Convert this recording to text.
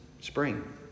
spring